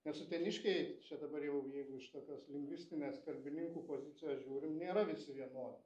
nes uteniškiai čia dabar jau jeigu iš tokios lingvistinės kalbininkų pozicijos žiūrim nėra vis vienodi